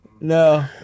No